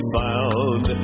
found